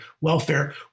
welfare